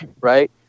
right